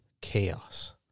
chaos